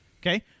Okay